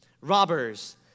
robbers